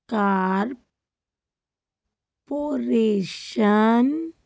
corporation